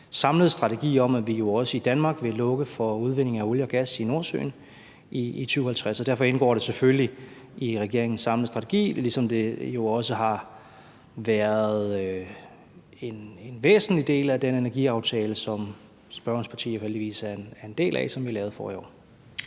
samlede strategi om, at vi også i Danmark vil lukke for udvinding af olie og gas i Nordsøen i 2050, og derfor indgår det selvfølgelig i regeringens samlede strategi, ligesom det jo også har været en væsentlig del af den energiaftale, som spørgerens parti heldigvis er en del af, og som vi lavede forrige år.